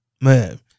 Man